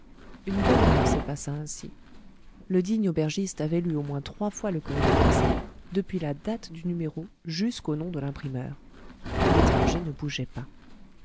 une bonne heure se passa ainsi le digne aubergiste avait lu au moins trois fois le courrier français depuis la date du numéro jusqu'au nom de l'imprimeur l'étranger ne bougeait pas